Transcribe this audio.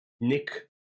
Nick